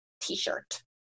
T-shirt